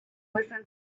listen